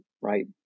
right